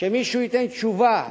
שמישהו ייתן תשובה.